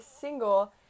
single